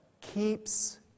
keeps